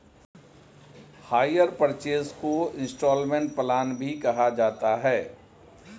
higher purchase को instalment plan भी कहा जाता है